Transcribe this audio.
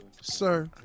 Sir